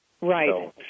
Right